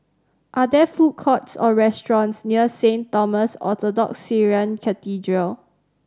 are there food courts or restaurants near Saint Thomas Orthodox Syrian Cathedral